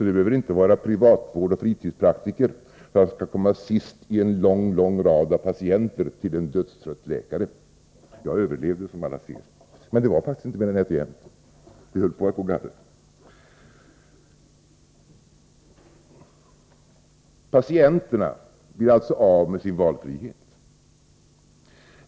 Det behöver alltså inte handla om privatvård och fritidspraktiker för att man skall komma sist i en lång rad av patienter till en dödstrött läkare. Jag överlevde, som alla ser, men det var faktiskt inte mer än nätt och jämnt — det höll på att gå galet. Patienterna blir alltså av med sin valfrihet.